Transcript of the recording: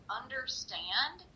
understand